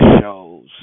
shows